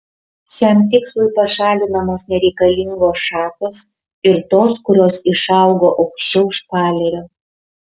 šiam tikslui pašalinamos nereikalingos šakos ir tos kurios išaugo aukščiau špalerio